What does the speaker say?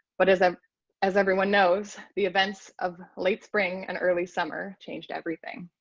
but as, ah as everyone knows, the events of late spring and early summer changed everything.